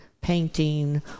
painting